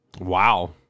Wow